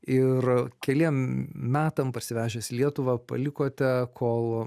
ir keliem metam parsivežęs lietuvą palikote kol